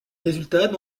résultats